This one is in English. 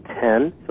ten